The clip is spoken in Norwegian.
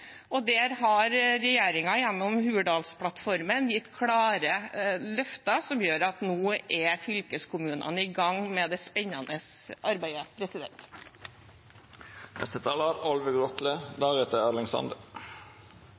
og der regjeringen gjennom Hurdalsplattformen har gitt klare løfter som gjør at fylkeskommunene nå er i gang med det spennende arbeidet.